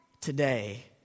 today